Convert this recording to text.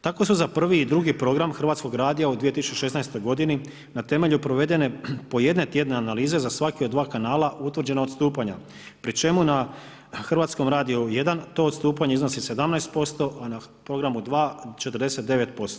Tako su za prvi i drugi program Hrvatskog radija u 20916. godini na temelju provedene po jedne tjedne analize za svaki od dva kanala utvrđena odstupanja pri čemu na Hrvatskom radiju jedan to odstupanje iznosi 17%, a na programu dva 49%